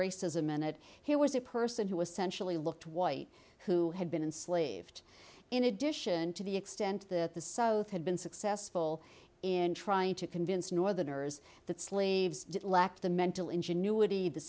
racism minute here was a person who essentially looked white who had been enslaved in addition to the extent that the south had been successful in trying to convince northerners that slaves lacked the mental ingenuity the